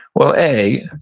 well, a,